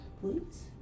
Please